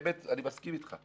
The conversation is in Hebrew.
אני מסכים אתך,